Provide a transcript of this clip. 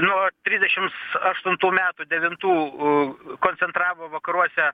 nuo trisdešims aštuntų metų devintų koncentravo vakaruose